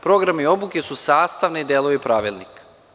Programi obuke su sastavni delovi pravilnika.